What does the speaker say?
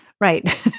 right